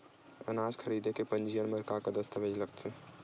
अनाज खरीदे के पंजीयन बर का का दस्तावेज लगथे?